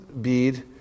bead